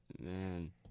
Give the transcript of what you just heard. man